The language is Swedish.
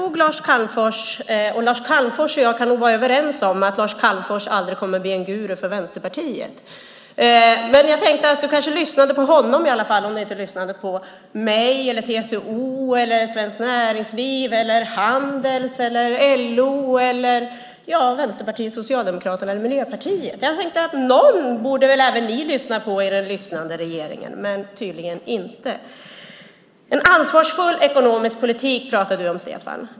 Lars Calmfors och jag kan nog vara överens om att han aldrig kommer att bli en guru för Vänsterpartiet. Jag tänkte att du kanske lyssnade på honom om du nu inte lyssnar på mig, TCO, Svenskt Näringsliv, Handels, LO, Vänsterpartiet, Socialdemokraterna eller Miljöpartiet. Någon borde väl även ni lyssna på i den lyssnande regeringen, men tydligen inte. En ansvarsfull ekonomisk politik, pratar du om Stefan.